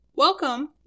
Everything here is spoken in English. Welcome